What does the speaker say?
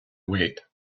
wait